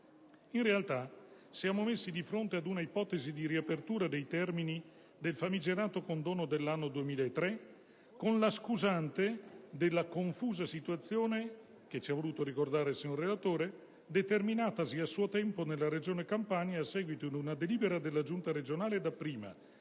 In realtà, siamo messi di fronte ad un'ipotesi di riapertura dei termini del famigerato condono dell'anno 2003, con la scusante della confusa situazione - che ci ha voluto ricordare il signor relatore - determinatasi a suo tempo nella Regione Campania a seguito di una delibera della Giunta regionale dapprima,